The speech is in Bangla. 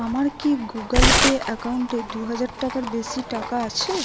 আমার কি গুগ্ল পে অ্যাকাউন্টে দু হাজার টাকার বেশি টাকা আছে